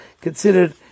considered